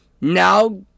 Now